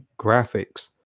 graphics